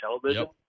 television